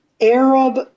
Arab